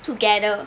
together